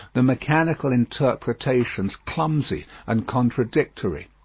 the mechanical interpretations clumsy and contradictory.